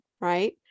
right